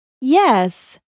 Yes